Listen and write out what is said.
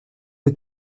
est